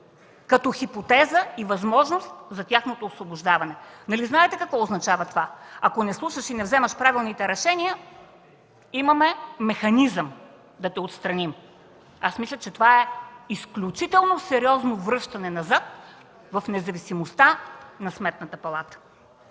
като хипотеза и възможност за тяхното освобождаване. Нали знаете какво означава това?! – Ако не слушаш и не вземеш правилните решения, имаме механизъм да те отстраним. Аз мисля, че това е изключително сериозно връщане назад в независимостта на Сметната палата.